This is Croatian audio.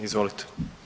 Izvolite.